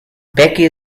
becky